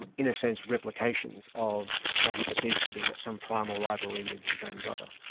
in a sense replications of what he perceives to be some primal rivalry with his own brother.